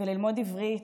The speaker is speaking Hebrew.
ללמוד עברית,